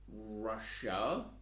Russia